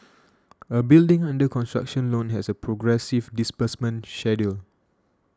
a building under construction loan has a progressive disbursement schedule